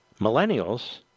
millennials